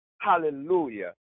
Hallelujah